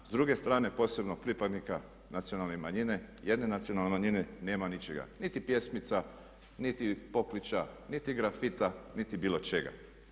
S druge strane, posebno pripadnika nacionalne manjine, jedne nacionalne manjine, nema ničega niti pjesmica niti pokliča niti grafita niti bilo čega.